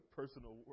personal